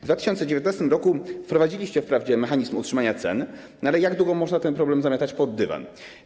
W 2019 r. wprowadziliście wprawdzie mechanizm utrzymania cen, ale jak długo można ten problem zamiatać pod dywan.